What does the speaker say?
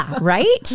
right